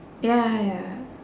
ya ya